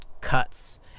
cuts